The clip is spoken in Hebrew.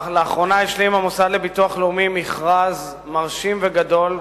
לאחרונה השלים המוסד לביטוח לאומי מכרז מרשים וגדול,